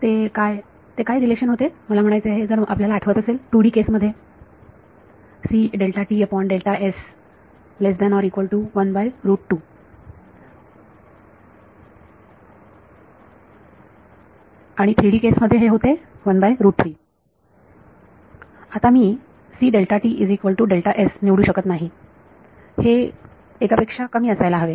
ते काय ते काय रिलेशन होते मला म्हणायचे आहे जर आपल्याला आठवत असेल 2D केस मध्ये आणि 3D केस मध्ये हे होते आता मी निवडू शकत नाही हे एक पेक्षा कमी असायला हवे